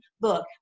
book